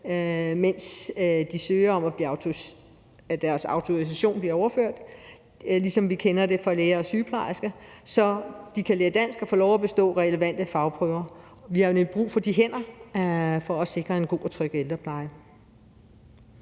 mens de søger om, at deres autorisation bliver overført, ligesom vi kender det fra læger og sygeplejersker, så de kan lære dansk og få lov at bestå relevante fagprøver. Vi har jo nemlig brug for de hænder for at sikre en god og tryg ældrepleje.